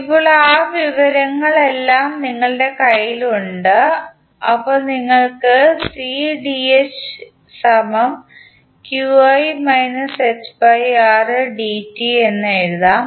ഇപ്പോൾ ആ വിവരങ്ങളെല്ലാം നിങ്ങളുടെ കൈയിലുണ്ട് അപ്പോൾ നിങ്ങൾക്ക് എന്ന് എഴുതാം